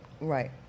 Right